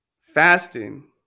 Fasting